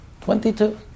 Twenty-two